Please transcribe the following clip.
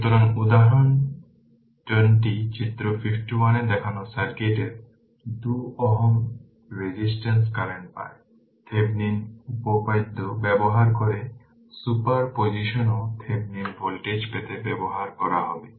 সুতরাং উদাহরণ 20 চিত্র 51 এ দেখানো সার্কিটের 2 Ω রোধে কারেন্ট পায় থেভেনিনের উপপাদ্য ব্যবহার করে সুপার পজিশনও থেভেনিন ভোল্টেজ পেতে ব্যবহার করা হবে